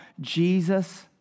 Jesus